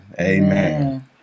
Amen